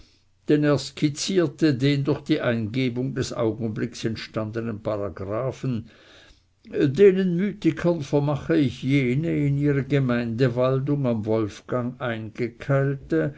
er skizzierte den durch die eingebung des augenblickes entstandenen paragraphen denen mythikern vermache ich jene in ihre gemeindewaldung am wolfgang